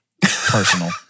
personal